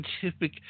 scientific